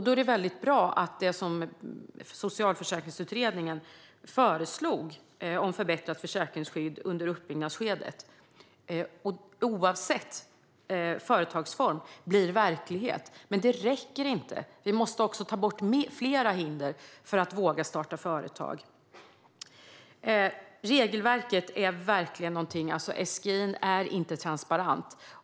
Då är det väldigt bra att det som Socialförsäkringsutredningen föreslog om förbättrat försäkringsskydd under uppbyggnadsskedet oavsett företagsform blir verklighet. Men det räcker inte. Vi måste ta bort fler hinder för att våga starta företag. Det handlar om regelverket. SGI:n är inte transparent.